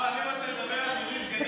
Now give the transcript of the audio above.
לא, אני רוצה לדבר על מינוי סגני יו"ר הכנסת.